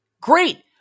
great